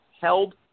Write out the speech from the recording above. held